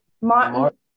Martin